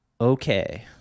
Okay